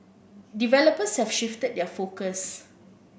developers have shifted their focus